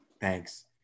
Thanks